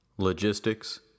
Logistics